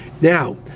Now